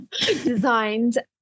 designed